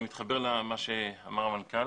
אני מתחבר למה שאמר המנכ"ל,